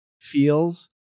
feels